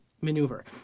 maneuver